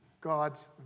God's